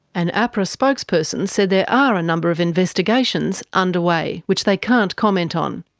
an ahpra spokesperson said there are a number of investigations underway which they can't comment on,